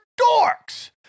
dorks